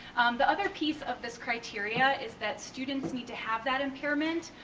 the other piece of this criteria is that students need to have that impairment,